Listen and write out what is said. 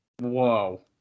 Whoa